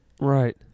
right